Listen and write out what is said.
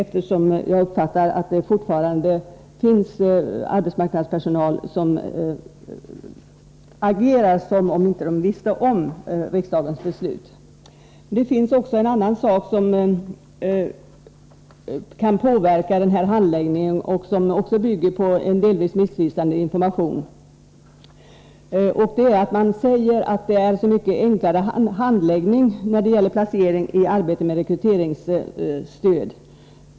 Jag har uppfattat att det fortfarande finns arbetsmarknadspersonal som agerar som om de inte visste om riksdagens beslut. En annan sak som kan påverka handläggningen bygger också på delvis missvisande information. Det påstås att handläggningen är så mycket enklare vid placering i arbete med rekryteringsstöd.